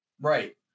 Right